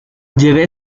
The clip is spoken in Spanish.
lleve